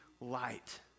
light